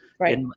Right